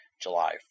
July